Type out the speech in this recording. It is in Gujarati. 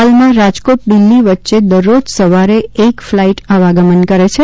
હાલમાં રાજકોટ દિલ્હી વચ્ચે દરરોજ સવારે એક ફલાઇટ આવાગમન કરે છે